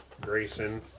Grayson